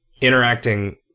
interacting